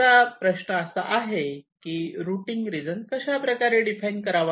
आता प्रश्न असा आहे की रुटींग रिजन कशाप्रकारे डिफाइन करावा